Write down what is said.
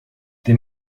der